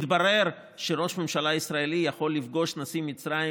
מתברר שראש ממשלה ישראלי יכול לפגוש את נשיא מצרים